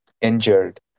injured